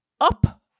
up